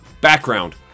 background